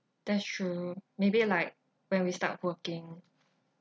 that's true maybe like when we start working